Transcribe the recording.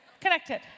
Connected